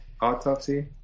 autopsy